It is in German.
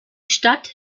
stadt